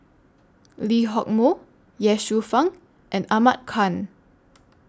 Lee Hock Moh Ye Shufang and Ahmad Khan